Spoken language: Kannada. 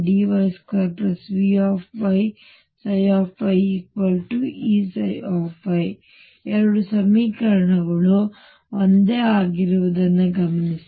2 ಸಮೀಕರಣಗಳು ಒಂದೇ ಆಗಿರುವುದನ್ನು ಗಮನಿಸಿ